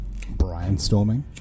Brainstorming